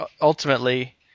ultimately